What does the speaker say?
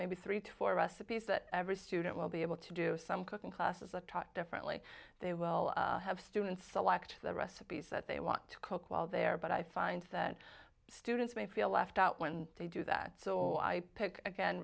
maybe three to four of us a piece that every student will be able to do some cooking classes taught differently they will have students select the recipes that they want to cook while there but i find that students may feel left out when they do that so i pick again